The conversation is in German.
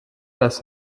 das